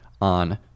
on